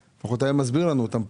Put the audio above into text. הוא היה מסביר לנו אותם.